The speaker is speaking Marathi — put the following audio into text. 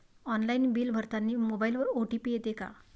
ऑनलाईन बिल भरतानी मोबाईलवर ओ.टी.पी येते का?